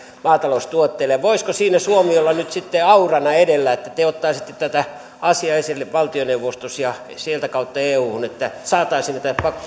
maataloustuotteille ja voisiko siinä suomi olla nyt sitten aurana edellä että te ottaisitte tätä asiaa esillä valtioneuvostossa ja sieltä kautta euhun että saataisiin